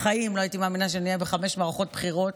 בחיים לא הייתי מאמינה שנהיה חמש מערכות בחירות